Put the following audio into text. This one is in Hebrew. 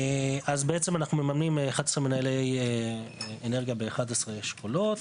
אז אנחנו מממנים 11 מנהלי אנרגיה ב-11 אשכולות,